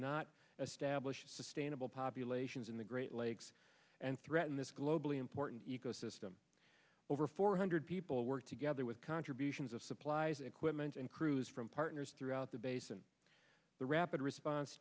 not establish sustainable populations in the great lakes and threaten this globally important ecosystem over four hundred people work together with contributions of supplies and equipment and crews from partners throughout the basin the rapid response